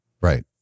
Right